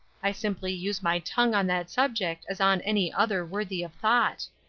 i simply use my tongue on that subject as on any other worthy of thought.